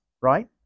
right